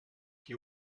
qui